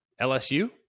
LSU